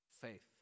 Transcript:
faith